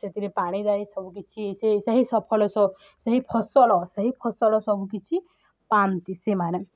ସେଥିରେ ପାଣି ଦେଇ ସବୁକିଛି ସେ ସେହି ସଫଳ ସ ସେହି ଫସଲ ସେହି ଫସଲ ସବୁକିଛି ପାଆନ୍ତି ସେମାନେ